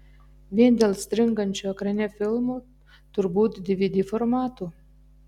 vien dėl stringančio ekrane filmo turbūt dvd formato